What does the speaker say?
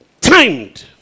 Timed